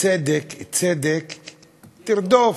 צדק צדק תרדוף.